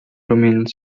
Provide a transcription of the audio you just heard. rumieniąc